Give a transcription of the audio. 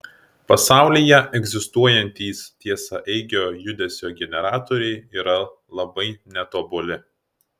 pasaulyje egzistuojantys tiesiaeigio judesio generatoriai yra labai netobuli